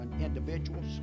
individuals